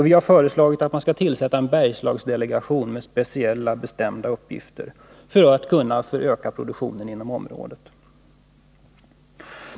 Vi har föreslagit att man skall tillsätta en Bergslagsdelegation med speciella, bestämda uppgifter för att produktionen inom området skall kunna ökas.